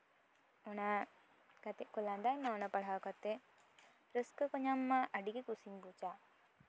ᱚᱱᱟ ᱠᱟᱛᱮᱜ ᱠᱚ ᱞᱟᱸᱫᱟᱭ ᱢᱟ ᱚᱱᱟ ᱯᱟᱲᱦᱟᱣ ᱠᱟᱛᱮᱜ ᱨᱟᱹᱥᱠᱟᱹ ᱠᱚ ᱧᱟᱢ ᱢᱟ ᱟᱹᱰᱤᱜᱮ ᱠᱩᱥᱤᱧ ᱵᱩᱡᱟ